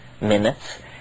minutes